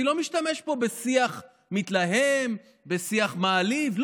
אני לא משתמש פה בשיח מתלהם, בשיח מעליב.